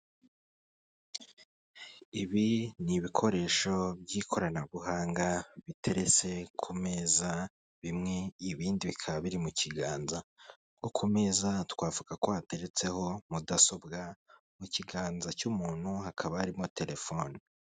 Ibi n'ibikoresho by'ikoranabuhanga biteretse ku meza bimwe ibindi bikaba biri mu kiganza, nko ku meza twavuga ko hateretseho mudasobwa, mu kiganza cy'umuntu hakaba harimo telefoni.